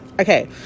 okay